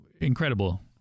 incredible